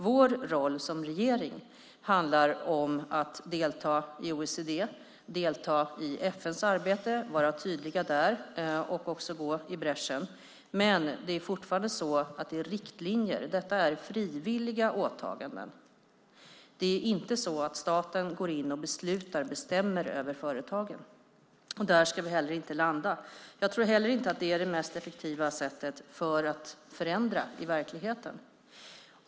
Vår roll som regering handlar om att delta i OECD och i FN:s arbete och vara tydliga där, samt gå i bräschen. Det är dock fortfarande så att det är riktlinjer. Detta är frivilliga åtaganden. Det är inte så att staten går in och beslutar eller bestämmer över företagen. Där ska vi inte heller landa. Jag tror heller inte att det är det mest effektiva sättet för att förändra i verkligheten.